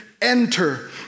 Enter